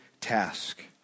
task